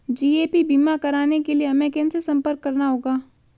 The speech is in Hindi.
जी.ए.पी बीमा कराने के लिए हमें किनसे संपर्क करना होगा?